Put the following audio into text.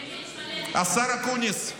השר אקוניס,